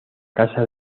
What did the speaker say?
casa